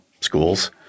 schools